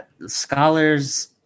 scholars